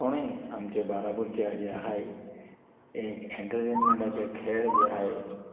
कोणेंय आमचे बाराबोरचे जे आहाय एक एन्टरटेनमेंटाचे खेळ जे आहाय